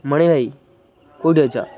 ମଣି ଭାଇ କେଉଁଠି ଅଛ